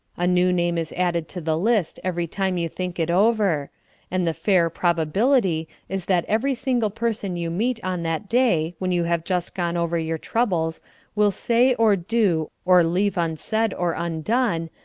a new name is added to the list every time you think it over and the fair probability is that every single person you meet on that day when you have just gone over your troubles will say or do, or leave unsaid or undone,